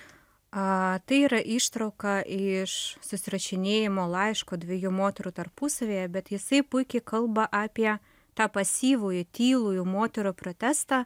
a tai yra ištrauka iš susirašinėjimo laiško dviejų moterų tarpusavyje bet jisai puikiai kalba apie tą pasyvųjį tylųjį moterų protestą